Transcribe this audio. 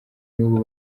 n’ubu